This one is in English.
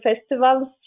festivals